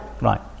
right